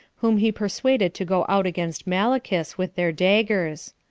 whom he persuaded to go out against malichus, with their daggers.